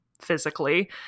physically